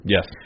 Yes